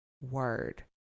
word